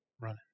run